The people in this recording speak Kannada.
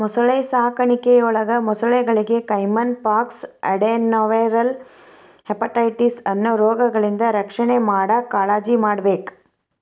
ಮೊಸಳೆ ಸಾಕಾಣಿಕೆಯೊಳಗ ಮೊಸಳೆಗಳಿಗೆ ಕೈಮನ್ ಪಾಕ್ಸ್, ಅಡೆನೊವೈರಲ್ ಹೆಪಟೈಟಿಸ್ ಅನ್ನೋ ರೋಗಗಳಿಂದ ರಕ್ಷಣೆ ಮಾಡಾಕ್ ಕಾಳಜಿಮಾಡ್ಬೇಕ್